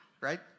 Right